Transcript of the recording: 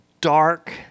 dark